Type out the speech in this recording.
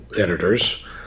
editors